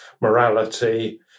morality